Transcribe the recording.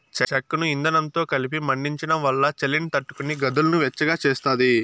చెక్కను ఇందనంతో కలిపి మండించడం వల్ల చలిని తట్టుకొని గదులను వెచ్చగా చేస్తాది